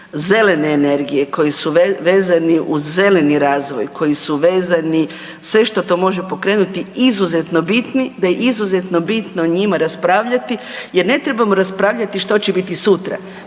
zelene energije, koji su vezani uz zeleni razvoj, koji su vezani sve što to može pokrenuti izuzetno bitni, da je izuzetno bitno o njima raspravljati jer ne trebamo raspravljati što će biti sutra.